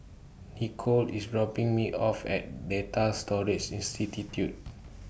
Nichole IS dropping Me off At Data Storage